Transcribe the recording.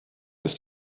ist